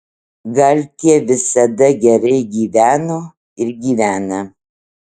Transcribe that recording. gal tie visada gerai gyveno ir gyvena